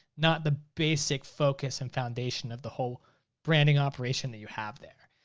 not the basic focus and foundation of the whole branding operation that you have there.